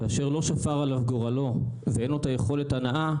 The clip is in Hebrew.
כאשר לא שפר עליו גורלו ואין לו את יכולת ההנעה,